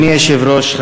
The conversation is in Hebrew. אדוני היושב-ראש,